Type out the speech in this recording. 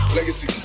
Legacy